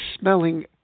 smelling